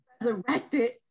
resurrected